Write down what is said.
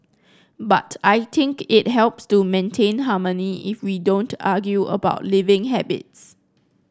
but I think it helps to maintain harmony if we don't argue about living habits